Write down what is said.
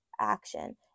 action